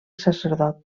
sacerdot